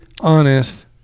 honest